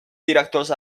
directors